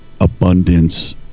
abundance